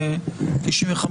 בדיוק.